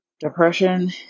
depression